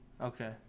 Okay